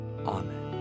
Amen